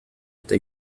eta